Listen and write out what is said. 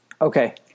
Okay